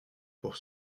pour